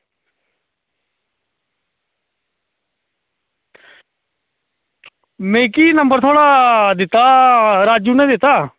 मिगी नंबर थुआढ़ा दित्ता राजू ने दित्ता